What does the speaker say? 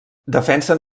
defensen